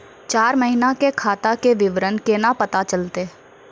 चार महिना के खाता के विवरण केना पता चलतै?